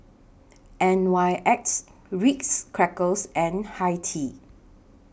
N Y X Ritz Crackers and Hi Tea